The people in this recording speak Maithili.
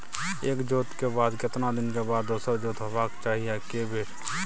एक जोत के बाद केतना दिन के बाद दोसर जोत होबाक चाही आ के बेर?